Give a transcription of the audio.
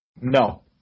No